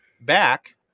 back